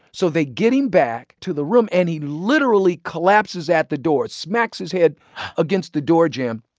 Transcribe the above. so they get him back to the room, and he literally collapses at the door, smacks his head against the doorjamb.